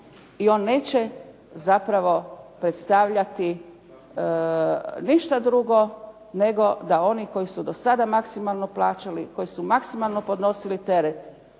i on neće zapravo predstavljati ništa drugo nego da oni koji su do sada maksimalno plaćali, koji su maksimalno podnosili teret